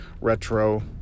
Retro